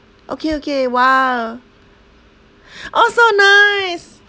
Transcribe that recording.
okay okay !wah! oh so nice